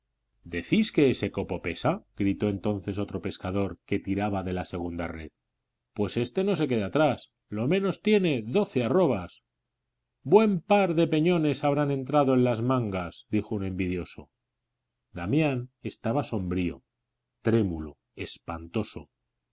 decís que ese copo pesa gritó entonces otro pescador que tiraba de la segunda red pues éste no se queda atrás lo menos tiene doce arrobas buen par de peñones habrán entrado en las mangas dijo un envidioso damián estaba sombrío trémulo espantoso